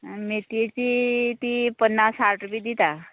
मेतयेची ती पन्नास साठ रुपये दिता